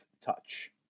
touch